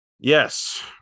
Yes